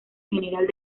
general